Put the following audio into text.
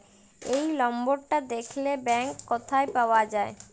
এই লম্বরটা দ্যাখলে ব্যাংক ক্যথায় পাউয়া যায়